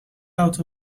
out